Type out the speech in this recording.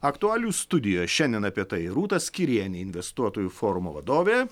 aktualijų studija šiandien apie tai rūta skyrienė investuotojų forumo vadovė